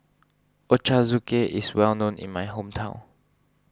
Ochazuke is well known in my hometown